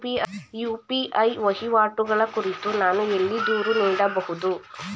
UPI ವಹಿವಾಟುಗಳ ಕುರಿತು ನಾನು ಎಲ್ಲಿ ದೂರು ನೀಡಬಹುದು?